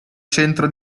centro